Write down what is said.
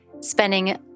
spending